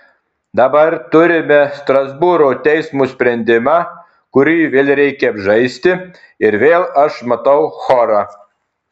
dabar turime strasbūro teismo sprendimą kurį vėl reikia apžaisti ir vėl aš matau chorą